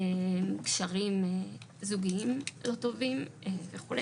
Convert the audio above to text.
קשרים זוגיים לא טובים וכו'